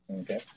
Okay